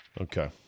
Okay